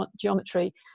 geometry